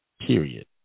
period